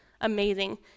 amazing